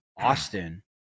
Austin